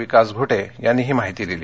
विकास घुटे यांनी दिली